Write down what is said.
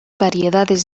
variedades